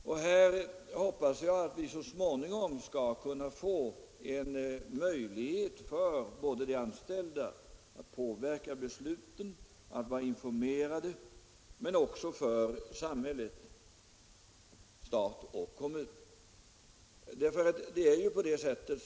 Jag hoppas att vi på det sättet så småningom skall kunna åstadkomma en möjlighet för de anställda att bli informerade och att påverka besluten, men också en möjlighet för samhället — stat och kommun =— att göra det.